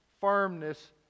firmness